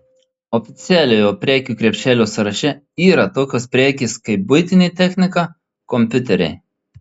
oficialiojo prekių krepšelio sąraše yra tokios prekės kaip buitinė technika kompiuteriai